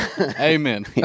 amen